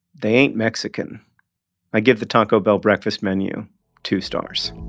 they ain't mexican i give the taco bell breakfast menu two stars